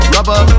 Rubber